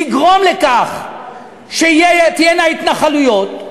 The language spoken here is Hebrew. לגרום לכך שתהיינה התנחלויות,